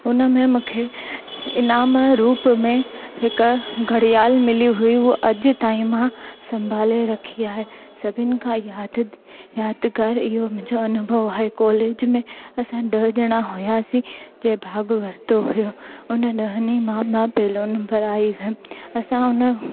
हुन में मूंखे इनाम रूप में हिकु घड़ियाल मिली हुई हूअ अॼु ताईं मां संभाले रखी आहे सभिनि खां यादिद यादिगारु इहो मुंहिंजो अनुभव आहे कॉलेज में असां ॾह ॼणा हुयासीं जंहिं भाॻु वरितो हुयो हुन ॾहनि ई मां मां पहलो नंबर आई हुयमि असां हुन